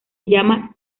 llama